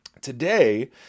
today